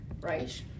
right